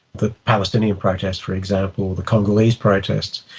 the palestinian protest, for example, the congolese protests.